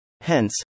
Hence